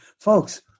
Folks